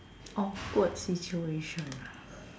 awkward situation ah